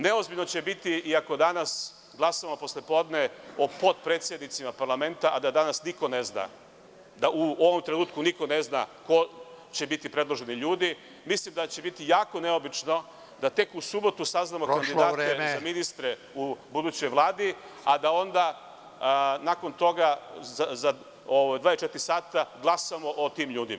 Neozbiljno će biti ako danas glasamo posle podne o potpredsednicima parlamenta, a da u ovom trenutku niko ne zna ko će biti predloženi ljudi. (Predsedavajući: Vreme.) Mislim da će biti jako neobično da tek u subotu saznamo kandidate za ministre u budućoj Vladi, a da onda, nakon toga, za 24 sata glasamo o tim ljudima.